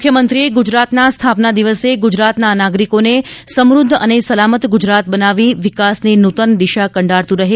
મુખ્યમંત્રીએ ગુજરાતના સ્થાપના દિવસે ગુજરાતના નાગરિકોને સમૃદ્ધ અને સલામત ગુજરાત બનાવી વિકાસની નૂતન દિશા કંડારતું રહે